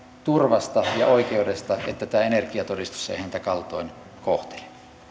turvasta ja oikeudesta että tämä energiatodistus ei häntä kaltoin kohtele